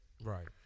Right